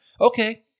Okay